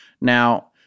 Now